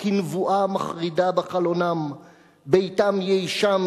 כנבואה מחרידה בחלונם.../ ביתם יישם,